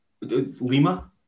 Lima